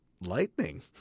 Lightning